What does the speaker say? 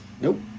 Nope